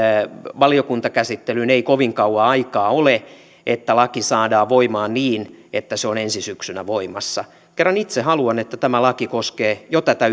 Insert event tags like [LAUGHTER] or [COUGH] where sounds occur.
valiokuntakäsittelyyn ei kovin kauan aikaa ole jotta laki saadaan voimaan niin että se on ensi syksynä voimassa kerran itse haluan että tämä laki koskee jo tätä [UNINTELLIGIBLE]